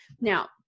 Now